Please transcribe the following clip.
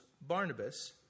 Barnabas